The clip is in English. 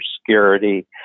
security